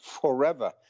forever